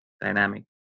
dynamic